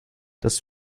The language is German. das